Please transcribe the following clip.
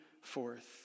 forth